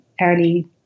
early